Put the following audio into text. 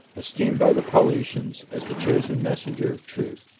esteemed by the paulicians as the chosen messenger of truth.